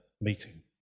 meeting